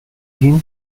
گین